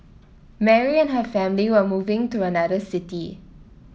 Mary and her family were moving to another city